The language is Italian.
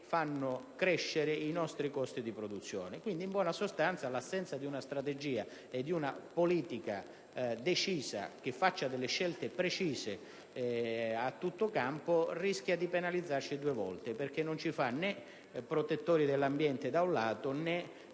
fanno crescere i nostri costi di produzione. Quindi, in buona sostanza, l'assenza di una strategia e di una politica decise, che portino a scelte precise e a tutto campo, rischia di penalizzarci due volte: non ci fa né, da un lato, protettori dell'ambiente, né,